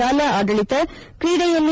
ಶಾಲಾ ಆದಳಿತ ಕ್ರೀಡೆಯಲ್ಲಿ